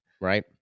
Right